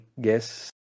guess